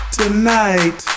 tonight